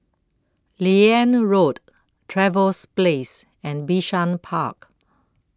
Liane Road Trevose Place and Bishan Park